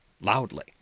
loudly